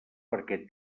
perquè